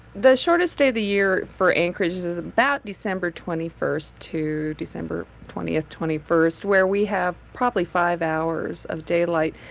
the shortest day of the year for anchorage is is about december twenty first, to december twentieth, twenty first, where we have probably five hours of daylight.